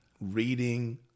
reading